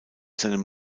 seinem